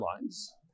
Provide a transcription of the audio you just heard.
lines